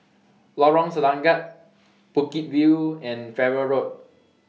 Lorong Selangat Bukit View and Farrer Road